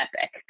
epic